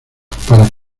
para